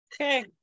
okay